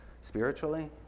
spiritually